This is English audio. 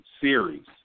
series